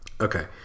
Okay